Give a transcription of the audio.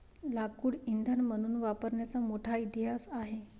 लाकूड इंधन म्हणून वापरण्याचा मोठा इतिहास आहे